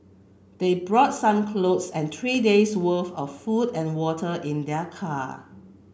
they brought some clothes and three days worth of food and water in their car